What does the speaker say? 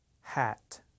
Hat